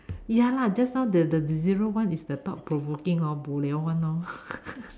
ya lah just now the the the zero one is the thought provoking hor bo liao one lor